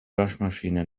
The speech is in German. waschmaschine